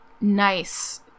nice